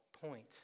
point